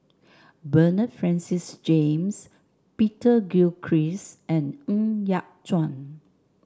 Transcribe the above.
Bernard Francis James Peter Gilchrist and Ng Yat Chuan